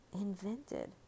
invented